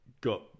got